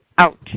out